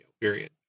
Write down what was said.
period